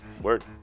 Word